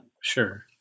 Sure